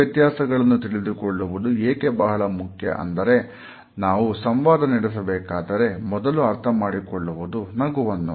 ಈ ವ್ಯತ್ಯಾಸಗಳನ್ನು ತಿಳಿದುಕೊಳ್ಳುವುದು ಏಕೆ ಬಹಳ ಮುಖ್ಯ ಅಂದರೆ ನಾವು ಸಂವಾದ ನಡೆಸಬೇಕಾದರೆ ಮೊದಲು ಅರ್ಥಮಾಡಿಕೊಳ್ಳುವುದು ನಗುವನ್ನು